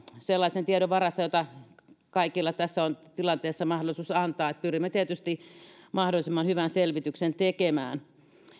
sellaisen tiedon varassa jota kaikilla tässä tilanteessa on mahdollisuus antaa pyrimme tietysti mahdollisimman hyvän selvityksen tekemään